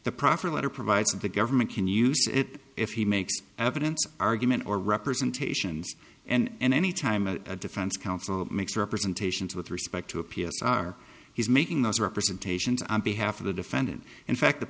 the proffer letter provides the government can use it if he makes evidence argument or representations and any time a defense counsel makes representations with respect to a p s r he's making those representations on behalf of the defendant in fact the